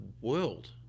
world